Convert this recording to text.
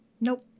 Nope